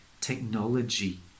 technology